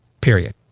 period